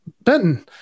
Benton